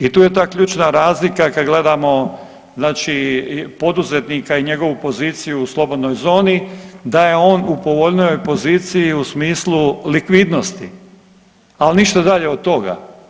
I tu je ta ključna razlika kad gledamo znači poduzetnika i njegovu poziciju u slobodnoj zoni da je on u povoljnijoj poziciji u smislu likvidnosti, ali ništa dalje od toga.